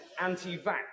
anti-vax